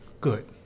Good